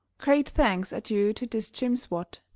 great thanks are due to this james watt,